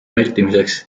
vältimiseks